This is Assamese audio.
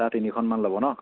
তাৰ তিনিখনমান ল'ব ন